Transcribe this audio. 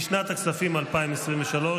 לשנת הכספים 2023,